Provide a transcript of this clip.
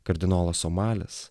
kardinolas omalis